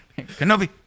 Kenobi